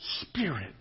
Spirit